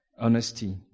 honesty